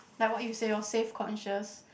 like what you say lor safe conscious